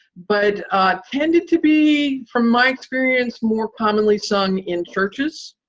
but it tended to be, from my experience, more commonly sung in churches.